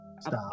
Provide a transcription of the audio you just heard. Stop